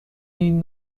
این